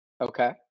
okay